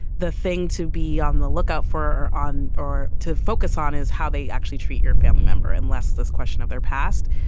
the thing to be on the lookout for, on or to focus on is how they actually treat your family member unless this question of their past.